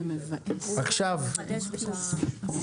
(הישיבה נפסקה בשעה 14:20 ונתחדשה